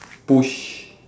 push